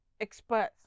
experts